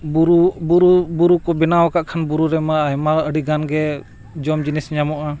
ᱵᱩᱨᱩ ᱵᱩᱨᱩ ᱵᱩᱨᱩ ᱠᱚ ᱵᱮᱱᱟᱣ ᱟᱠᱟᱫ ᱠᱷᱟᱱ ᱵᱩᱨᱩ ᱨᱮᱢᱟ ᱟᱭᱢᱟ ᱟᱹᱰᱤ ᱜᱟᱱ ᱜᱮ ᱡᱚᱢ ᱡᱤᱱᱤᱥ ᱧᱟᱢᱚᱜᱼᱟ